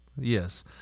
Yes